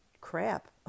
crap